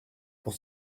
pour